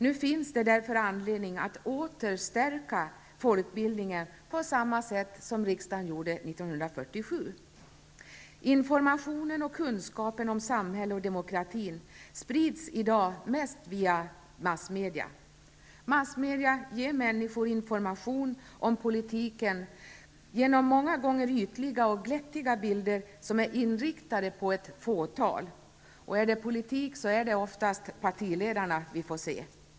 Nu finns det därför anledning att åter stärka folkbildningen på samma sätt som riksdagen gjorde 1947. Informationen och kunskapen om samhället och demokratin sprids i dag mest via massmedia. Massmedia ger människor information om politiken genom många gånger ytliga och glättiga bilder som är inriktade på ett fåtal. Gäller det politik får vi oftast se partiledarna.